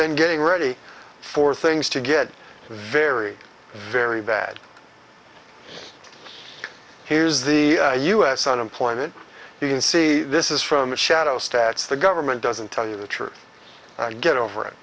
been getting ready for things to get very very bad here is the u s unemployment you can see this is from a shadow stats the government doesn't tell you the truth get over